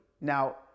Now